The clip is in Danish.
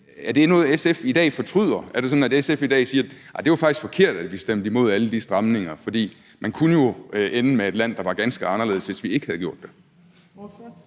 Er det noget, SF i dag fortryder? Er det sådan, at SF i dag siger: Nej, det var faktisk forkert, at vi stemte imod alle de stramninger, for man kunne jo ende med et land, der var ganske anderledes, hvis vi ikke havde gjort det?